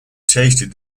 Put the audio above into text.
tasted